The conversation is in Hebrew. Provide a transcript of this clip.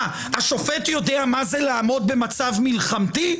השופט יודע מה זה לעמוד במצב מלחמתי?